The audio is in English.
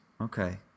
Okay